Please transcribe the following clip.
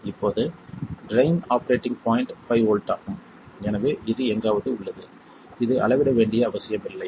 இப்போது drain operating point 5 volt ஆகும் எனவே இது எங்காவது உள்ளது இது அளவிட வேண்டிய அவசியமில்லை